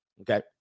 Okay